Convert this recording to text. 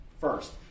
first